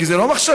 כי זה לא מחשבות,